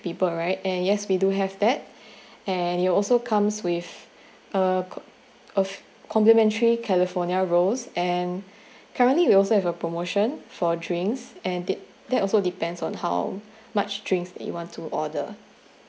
people right and yes we do have that and it also comes with uh of complimentary california rolls and currently we also have a promotion for drinks and tha~ that also depends on how much drinks that you want to order